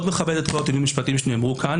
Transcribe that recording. מכבד את כל הטיעונים המשפטיים שנאמרו כאן,